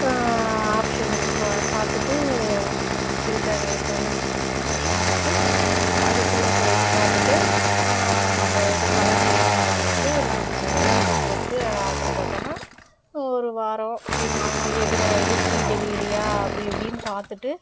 option பா பார்த்துட்டு filter பண்ணி ஆப்ஷன் பார்த்துட்டு அதுக்குள்ளே போய்ட்டு பார்த்துட்டு நம்ம இது கலர் வேணும் அப்படின்ட்டு நாங்கள் கி கொடுத்து ஆர்டரு போட்டோம்ன்னா ஒரு வாரம் இப்டி நாலு நாள் எதில் வருது ஃப்ரீ டெலிவரியா அப்படி இப்படின்னு பார்த்துட்டு